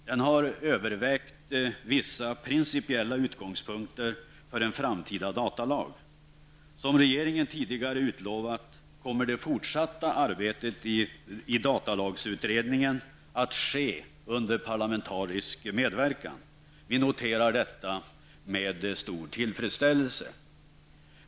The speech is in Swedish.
Den har övervägt vissa principiella utgångspunkter för en framtida datalag. Som regeringen tidigare utlovat kommer det fortsatta arbetet i datalagsutredningen att ske under parlamentarisk medverkan. Vi noterar detta med stor tillfredsställelse.